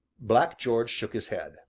black george shook his head.